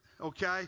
okay